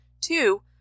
two